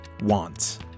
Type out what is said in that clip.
wants